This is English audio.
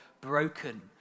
broken